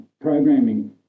programming